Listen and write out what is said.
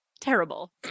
terrible